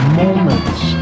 moments